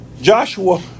Joshua